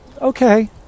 Okay